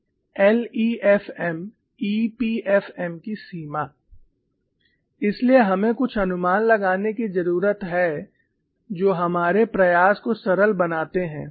Range of LEFMEPFM LEFM EPFM की सीमा इसलिए हमें कुछ अनुमान लगाने की जरूरत है जो हमारे प्रयास को सरल बनाते हैं